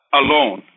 alone